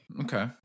Okay